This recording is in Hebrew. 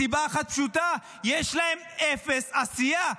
מסיבה אחת פשוטה: יש להם אפס עשייה.